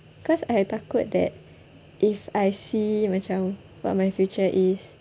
cause I takut that if I see macam what my future is